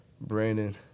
Brandon